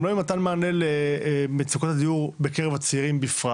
לא עם מתן מענה למצוקת הדיור בקרב הצעירים בפרט